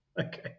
Okay